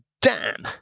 Dan